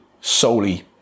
solely